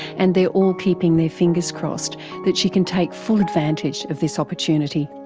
and they're all keeping their fingers crossed that she can take full advantage of this opportunity.